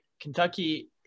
Kentucky